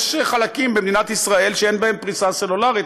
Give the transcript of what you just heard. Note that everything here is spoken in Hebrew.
יש חלקים במדינת ישראל שאין בהם פריסה סלולרית.